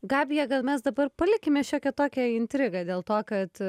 gabija gal mes dabar palikime šiokią tokią intrigą dėl to kad